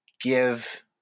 give